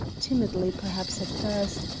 timidly perhaps at first,